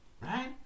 right